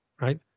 right